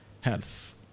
health